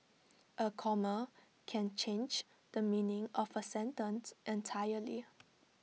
A comma can change the meaning of A sentence entirely